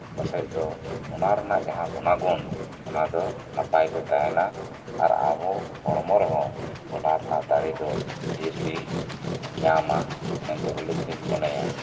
ᱯᱟᱥᱮᱡ ᱫᱚ ᱚᱱᱟ ᱨᱮᱱᱟᱜ ᱡᱟᱦᱟᱸ ᱜᱩᱱᱟ ᱜᱩᱱ ᱚᱱᱟ ᱫᱚ ᱱᱟᱯᱟᱭ ᱛᱮ ᱛᱟᱦᱮᱸᱱᱟ ᱟᱨ ᱟᱵᱚ ᱦᱚᱲᱢᱚ ᱨᱮᱦᱚᱸ ᱚᱱᱟ ᱨᱮᱱᱟᱜ ᱫᱟᱭᱮ ᱫᱚ ᱰᱷᱮᱨᱜᱮ ᱧᱟᱢᱟ ᱵᱚᱞᱮ ᱤᱧ ᱫᱩᱧ ᱢᱚᱱᱮᱭᱟ